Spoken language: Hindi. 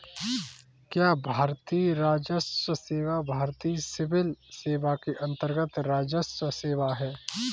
क्या भारतीय राजस्व सेवा भारतीय सिविल सेवा के अन्तर्गत्त राजस्व सेवा है?